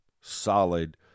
solid